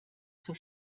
zur